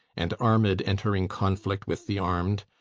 and armed entering conflict with the armed,